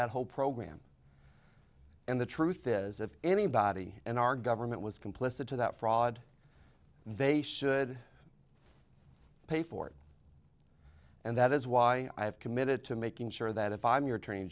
that whole program and the truth is if anybody in our government was complicit to that fraud they should pay for it and that is why i have committed to making sure that if i'm your attorney